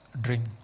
drink